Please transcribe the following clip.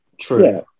True